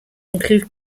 include